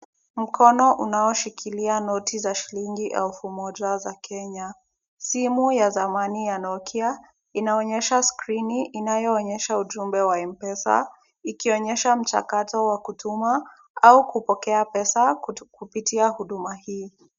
Mkono unaoshikilia noti za shilingi elfu moja za Kenya. Simu ya zamani ya nokia inaonyesha skrini inayo onyesha ujumbe wa mpesa, ikionyesha msakato wa kutuma au kupokea pesa kupitia huduma hii.